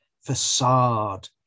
facade